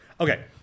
Okay